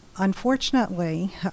Unfortunately